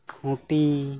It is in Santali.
ᱠᱷᱩᱸᱴᱤ